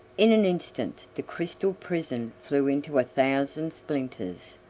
in an instant the crystal prison flew into a thousand splinters,